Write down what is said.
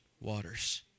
waters